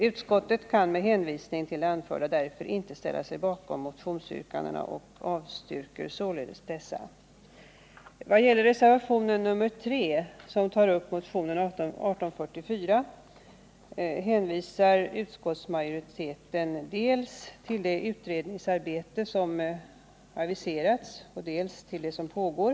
Utskottet kan med hänvisning till det anförda därför inte ställa sig bakom motionsyrkandena och avstyrker således dessa.” Vad gäller reservationen 3 i anslutning till motionen 1844 hänvisar utskottsmajoriteten dels till det utredningsarbete som aviserats, dels till det som pågår.